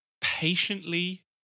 patiently